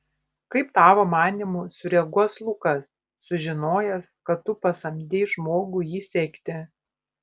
kaip tavo manymu sureaguos lukas sužinojęs kad tu pasamdei žmogų jį sekti